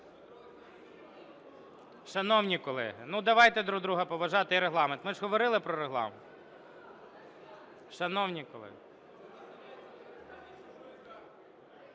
Шановні колеги, давайте друг друга поважати і Регламент. Ми ж говорили про Регламент. Шановні колеги!